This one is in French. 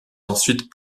ensuite